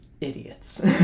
idiots